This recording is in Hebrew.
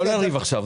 לא לריב עכשיו,